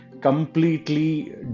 completely